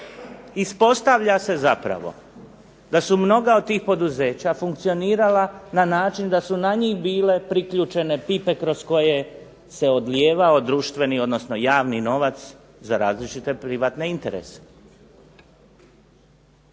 Ispostavlja se zapravo da su mnoga od tih poduzeća funkcionirala na način da su na njih bile priključene pipe kroz koje se odljevao društveni, odnosno javni novac za različite privatne interese.